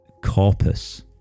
corpus